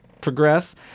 progress